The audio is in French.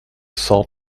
cent